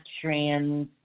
trans